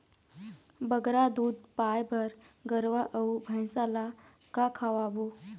बगरा दूध पाए बर गरवा अऊ भैंसा ला का खवाबो?